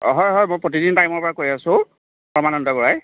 অ হয় হয় মই প্ৰতিদিন টাইমৰ পৰা কৈ আছোঁ সৰ্বানন্দ বৰাই